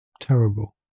terrible